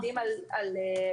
שיעורי האבטלה עומדים על 5.9%,